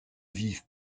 vivent